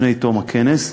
לפני תום הכנס,